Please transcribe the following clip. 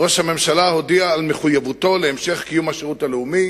ראש הממשלה הודיע על מחויבותו להמשך קיום השירות הלאומי